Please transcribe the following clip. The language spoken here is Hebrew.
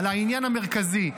על העניין המרכזי,